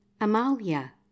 amalia